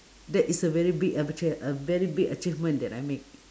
that is a very big ach~ a very big achievement that I make